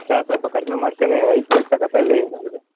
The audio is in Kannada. ಸರ್ ಸ್ವಲ್ಪ ಕಡಿಮೆ ಮಾಡ್ಕಣಿ ಐದು ಪ್ಲೇಟ್ ತಗತವ್ವಿ